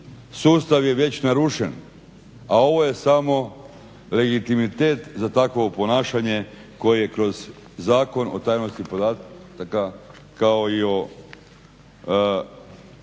sustav je već narušen, a ovo je samo legitimitet za takvo ponašanje koje kroz Zakon o tajnosti podataka kao i o